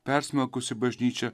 persmelkusi bažnyčią